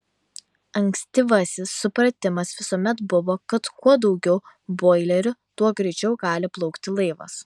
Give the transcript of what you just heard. ankstyvasis supratimas visuomet buvo kad kuo daugiau boilerių tuo greičiau gali plaukti laivas